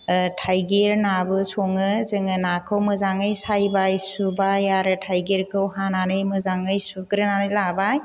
थाइगिर नाबो सङो जोङो नाखौ मोजाङै सायबाय सुबाय आरो थाइगिरखौ हानानै मोजाङै सुग्रोनानै लाबाय